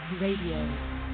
Radio